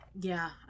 Yeah